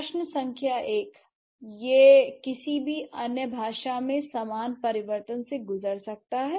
प्रश्न संख्या एक यह किसी भी अन्य भाषा में समान परिवर्तन से गुजर सकता है